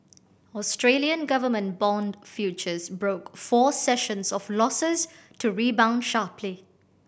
Australian government bond futures broke four sessions of losses to rebound sharply